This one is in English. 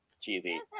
cheesy